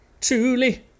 Truly